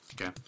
okay